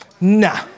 Nah